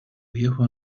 viejo